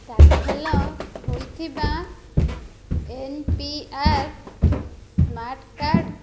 ଦାଖଲ ହୋଇଥିବା N P R smart card